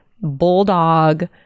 bulldog